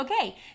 Okay